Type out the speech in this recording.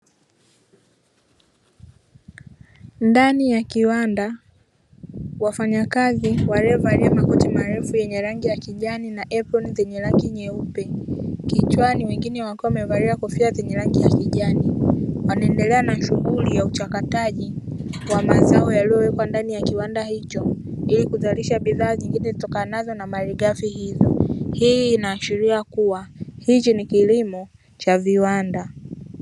Ndani ya kiwanda, wafanyakazi waliovalia makoti marefu yenye rangi ya kijani, na aproni zenye rangi nyeupe; kichwani, wengine wakiwa wamevalia kofia zenye rangi ya kijani. Wanaendelea na shughuli ya uchakataji wa mazao yaliyowekwa ndani ya kiwanda hicho, ili kuzalisha bidhaa nyingine zitokanazo na malighafi hizo. Hii inaashiria kuwa, hichi ni kilimo cha viwanda.